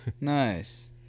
Nice